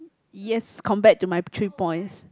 yes compared to my three points